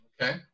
Okay